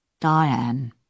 Diane